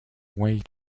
wait